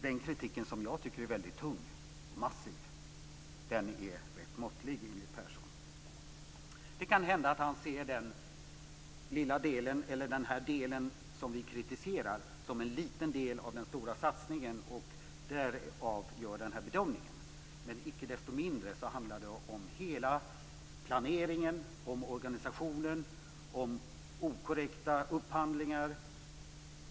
Den kritik som jag tycker är väldigt tung och massiv är rätt måttligt enligt Persson. Det kan hända att han ser den del som vi kritiserar som en liten del av den stora satsningen och därför gör den här bedömningen, men icke desto mindre handlar det om hela planeringen, om organisationen och om okorrekta upphandlingar.